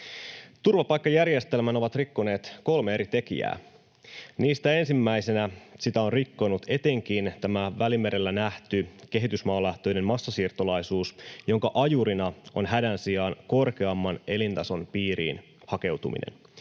Turvapaikkajärjestelmän ovat rikkoneet kolme eri tekijää. Niistä ensimmäisenä sitä on rikkonut etenkin tämä Välimerellä nähty kehitysmaalähtöinen massasiirtolaisuus, jonka ajurina on hädän sijaan korkeamman elintason piiriin hakeutuminen,